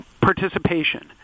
participation